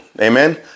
Amen